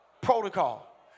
protocol